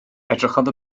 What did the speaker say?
edrychodd